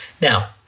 Now